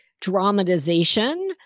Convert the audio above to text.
dramatization